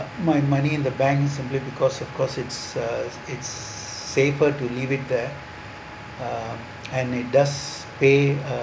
my money in the bank simply because of course it's uh it's safer to leave it there uh and it does pay a